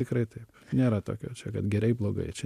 tikrai taip nėra tokio čia kad gerai blogai čia